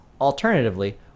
Alternatively